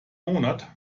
monat